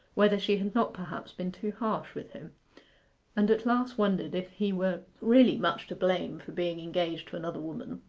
whether she had not perhaps been too harsh with him and at last wondered if he were really much to blame for being engaged to another woman.